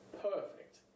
Perfect